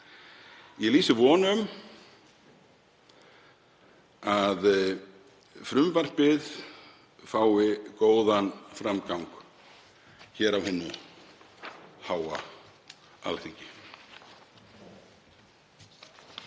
Ég lýsi von um að frumvarpið fái góðan framgang hér á hinu háa Alþingi.